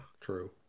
True